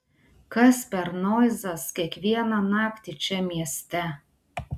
kas per noizas kiekvieną naktį čia mieste